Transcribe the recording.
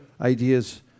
ideas